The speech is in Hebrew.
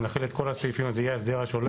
אם נחיל את כל הסעיפים אז יהיה ההסדר השלם.